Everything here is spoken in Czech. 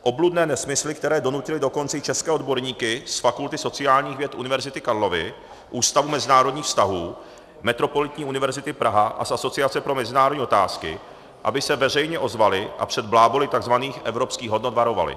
Obludné nesmysly, které donutily dokonce i české odborníky z Fakulty sociálních věd Univerzity Karlovy, Ústavu mezinárodních vztahů, Metropolitní univerzity Praha a z Asociace pro mezinárodní otázky, aby se veřejně ozvaly a před bláboly takzvaných Evropských hodnot varovaly.